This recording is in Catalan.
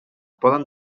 poden